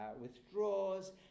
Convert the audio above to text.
withdraws